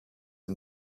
and